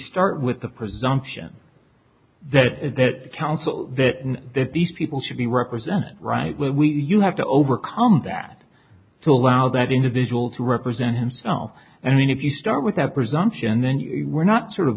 start with the presumption that is that counsel that that these people should be represented right when we do you have to overcome that to allow that individual to represent himself and i mean if you start with that presumption then you were not sort of